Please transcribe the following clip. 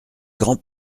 grands